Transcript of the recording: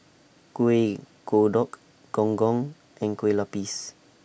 Kuih Kodok Gong Gong and Kue Lupis